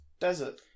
desert